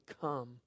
come